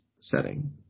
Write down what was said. setting